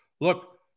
Look